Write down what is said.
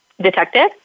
detective